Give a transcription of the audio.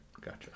Gotcha